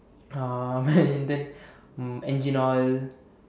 uh and then um engine oil